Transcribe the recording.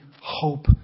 hope